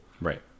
Right